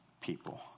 people